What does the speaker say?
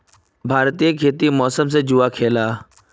भारतीय खेती मौसम से जुआ खेलाह